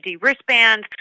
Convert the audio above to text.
wristband